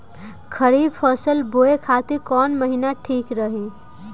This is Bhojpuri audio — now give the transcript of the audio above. खरिफ फसल बोए खातिर कवन महीना ठीक रही?